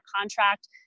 contract